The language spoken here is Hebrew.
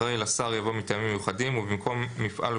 אחרי "לשר" יבוא "מטעמים מיוחדים," ובמקום "מפעל או